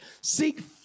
seek